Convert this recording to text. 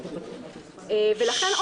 ולכן,